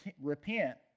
repent